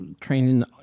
training